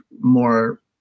more